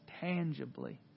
tangibly